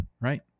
right